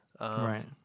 Right